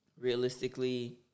realistically